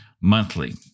Monthly